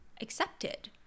accepted